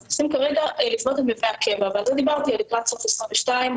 אנחנו צריכים כרגע לבנות את מבנה הקבע וזה יהיה לקראת סוף 2022,